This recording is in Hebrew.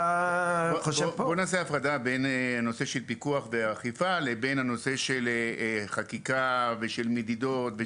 בוא נעשה הפרדה בין נושא הפיקוח והאכיפה לבין הנושא של חקיקה ומדידות.